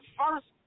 first